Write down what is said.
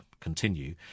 continue